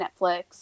Netflix